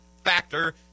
Factor